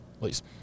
please